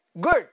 good